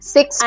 Six